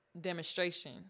demonstration